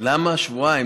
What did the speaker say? למה שבועיים?